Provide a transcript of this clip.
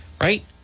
Right